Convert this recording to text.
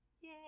Yay